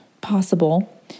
possible